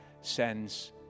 sends